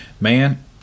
Man